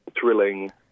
thrilling